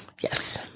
Yes